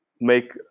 make